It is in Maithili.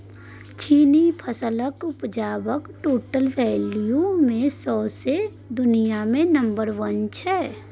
चीन फसलक उपजाक टोटल वैल्यू मे सौंसे दुनियाँ मे नंबर एक छै